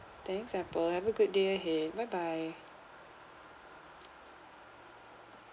thanks apple have a good day ahead bye bye